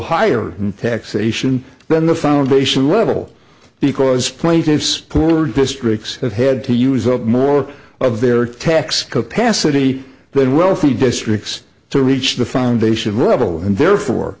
higher taxation than the foundation level because plaintiffs poorer districts have had to use up more of their tax cut passed city than wealthy districts to reach the foundation level and therefore